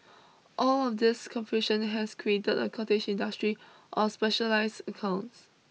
all of this confusion has created a cottage industry of specialised accounts